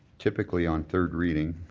typically on thirst reading